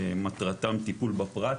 שמטרתם טיפול בפרט,